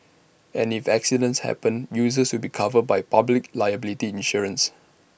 and if accidents happen users will be covered by public liability insurance